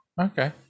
okay